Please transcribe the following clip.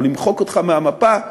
או למחוק אותך מהמפה,